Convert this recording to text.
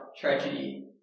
tragedy